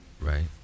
Right